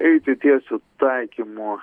eiti tiesiu taikymu